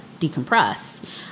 decompress